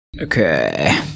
Okay